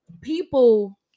people